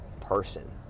person